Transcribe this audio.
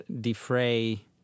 defray